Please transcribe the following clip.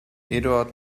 eduard